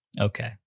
Okay